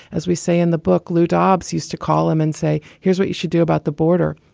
as we say in the book, lou dobbs used to call him and say, here's what you should do about the border.